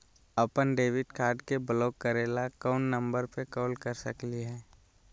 अपन debit card के block करे ला कौन नंबर पे कॉल कर सकली हई?